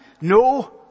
no